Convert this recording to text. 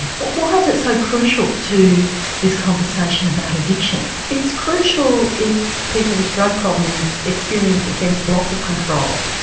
why is it so crucial to this conversation about addiction? it's crucial if people with drug problems experience a sense of loss of control,